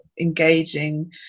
engaging